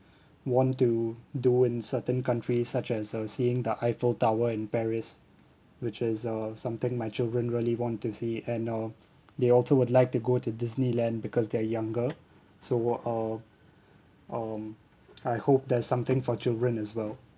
want to do in certain countries such as uh seeing the eiffel tower in paris which is uh something my children really want to see and uh they also would like to go to disneyland because they're younger so wha~ uh um I hope there's something for children as well